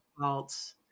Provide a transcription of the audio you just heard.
faults